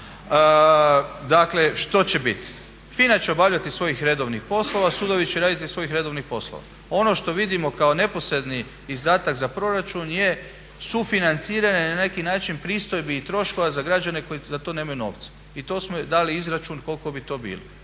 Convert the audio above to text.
problem. Što će biti? FINA će obavljati svojih redovnih poslova, sudovi će raditi svojih redovnih poslova. Ono što vidimo kao neposredni izdatak za proračun je sufinanciranje na neki način pristojbi i troškova za građane koji za to nemaju novca. I to smo dali izračun koliko bi to bilo.